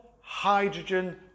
hydrogen